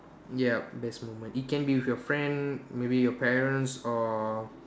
yup best moment it can be with your friend maybe with your parents or